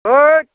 हैद